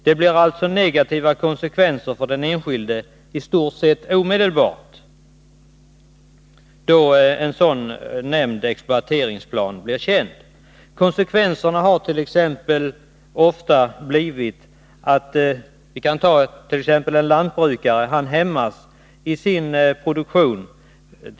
Det blir alltså negativa konsekvenser för den enskilde i stort sett omedelbart då nämnda exploateringsplaner blir kända. Konsekvenserna har ofta blivit att t.ex. en lantbrukare hämmas i sin produktion.